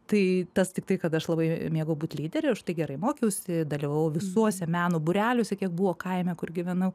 tai tas tiktai kad aš labai mėgau būti lyderė užtai gerai mokiausi dalyvavau visuose meno būreliuose kiek buvo kaime kur gyvenau